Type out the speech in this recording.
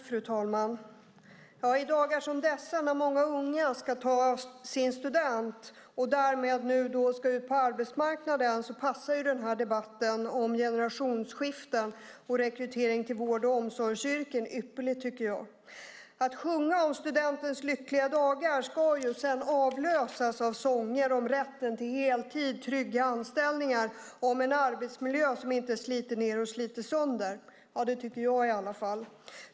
Fru talman! I dagar som dessa, när många unga ska ta studenten och därmed nu ska ut på arbetsmarknaden, passar den här debatten om generationsskiften och rekrytering till vård och omsorgsyrken ypperligt. Att sjunga om studentens lyckliga dagar ska ju sedan avlösas av sånger om rätten till heltid, trygga anställningar och en arbetsmiljö som inte sliter ned och sliter sönder. Det tycker jag i alla fall.